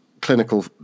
clinical